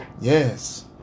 Yes